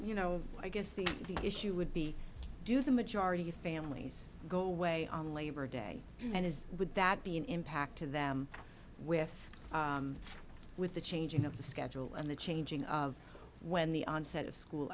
you know i guess the issue would be do the majority of families go away on labor day and is would that be an impact to them with with the changing of the schedule and the changing of when the onset of school